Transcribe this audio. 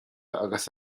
agus